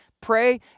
Pray